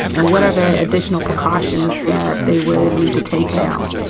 and what are the additional precautions that they would need to take now?